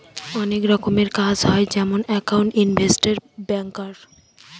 অনেক রকমের কাজ হয় যেমন একাউন্ট, ইনভেস্টর, ব্যাঙ্কার